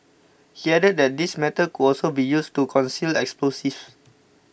he added that these methods could also be used to conceal explosives